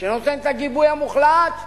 שנותן את הגיבוי המוחלט,